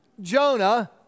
Jonah